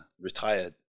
retired